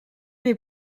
les